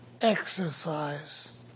Exercise